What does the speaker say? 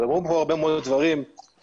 נאמרו כאן הרבה מאוד דברים מבחינת,